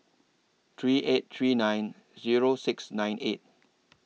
three eight three nine Zero six nine eight